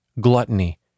gluttony